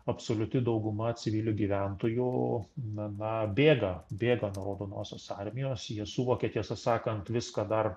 absoliuti dauguma civilių gyventojų na na bėga bėga nuo raudonosios armijos jie suvokė tiesą sakant viską dar